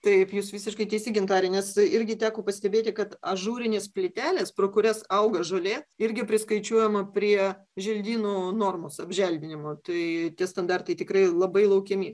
taip jūs visiškai teisi gintare nes irgi teko pastebėti kad ažūrinis plytelės pro kurias auga žolė irgi priskaičiuojama prie želdynų normos apželdinimo tai tie standartai tikrai labai laukiami